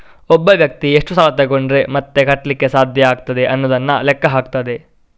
ಒಬ್ಬ ವ್ಯಕ್ತಿ ಎಷ್ಟು ಸಾಲ ತಗೊಂಡ್ರೆ ಮತ್ತೆ ಕಟ್ಲಿಕ್ಕೆ ಸಾಧ್ಯ ಆಗ್ತದೆ ಅನ್ನುದನ್ನ ಲೆಕ್ಕ ಹಾಕ್ತದೆ